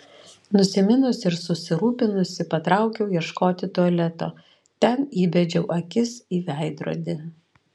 nusiminusi ir susirūpinusi patraukiau ieškoti tualeto ten įbedžiau akis į veidrodį